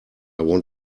want